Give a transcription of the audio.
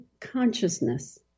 consciousness